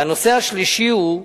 והנושא השלישי הוא: